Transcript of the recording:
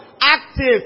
active